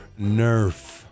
Nerf